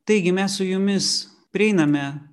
taigi mes su jumis prieiname